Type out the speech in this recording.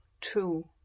two